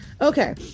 Okay